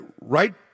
right